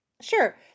Sure